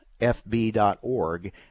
fb.org